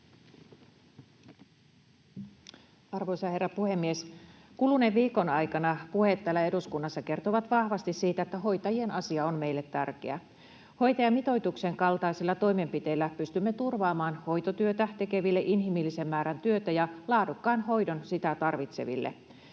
Arvoisa herra puhemies! Kuluneen viikon aikana puheet täällä eduskunnassa ovat kertoneet vahvasti siitä, että hoitajien asia on meille tärkeä. Hoitajamitoituksen kaltaisilla toimenpiteillä pystymme turvaamaan inhimillisen määrän työtä hoitotyötä tekeville ja laadukkaan hoidon sitä tarvitseville.